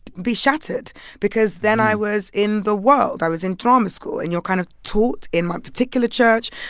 be shattered because then i was in the world. i was in drama school, and you're kind of taught in my particular church,